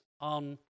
on